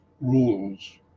rules